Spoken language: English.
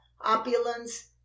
opulence